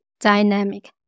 dynamic